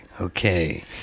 okay